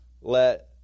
let